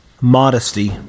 modesty